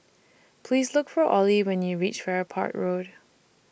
Please Look For Olie when YOU REACH Farrer Park Road